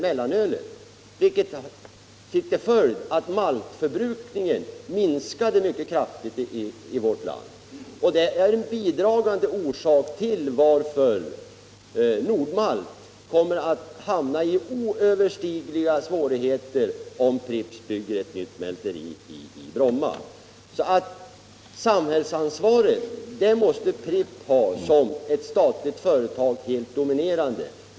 Detta fick till följd att maltförbrukningen minskade mycket kraftigt i vårt land, vilket i sin tur är en bidragande orsak till att Nord-Malt kommer att hamna i oöverstigliga svårigheter om Pripps bygger ett nytt mälteri i Bromma. Samhällsansvaret måste i det läget åvila Pripps såsom ett helt dominerande statligt företag.